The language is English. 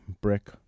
brick